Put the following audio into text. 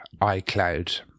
iCloud